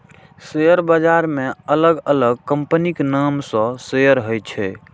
share बाजार मे अलग अलग कंपनीक नाम सं शेयर होइ छै